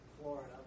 Florida